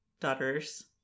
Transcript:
daughters